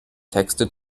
texte